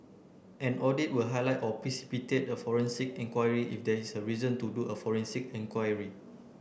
an audit will highlight or precipitate a forensic enquiry if there is reason to do a forensic enquiry